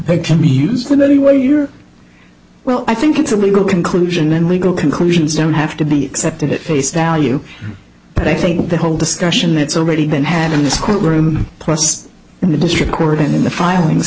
they can be used in any way you well i think it's a legal conclusion and legal conclusions don't have to be accepted at face value but i think the whole discussion that's already been had in this courtroom in the district court in the filings